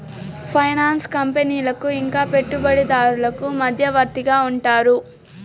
finance కంపెనీలకు ఇంకా పెట్టుబడిదారులకు మధ్యవర్తిగా ఉంటారు